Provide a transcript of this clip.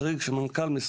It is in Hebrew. כמו שאמר המנכ"ל.